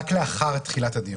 רק לאחר תחילת הדיון.